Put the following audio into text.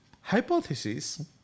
Hypothesis